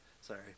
Sorry